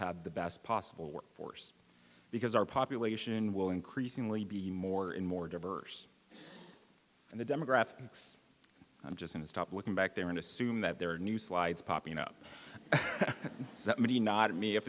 have the best possible workforce because our population will increasingly be more and more diverse and the demographics i'm just in to stop looking back there and assume that there are new slides popping up so that maybe not me if